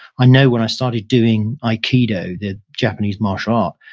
i know when i started doing aikido, the japanese martial art,